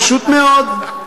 פשוט מאוד.